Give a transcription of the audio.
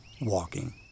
WALKING